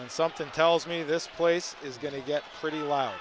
and something tells me this place is going to get pretty loud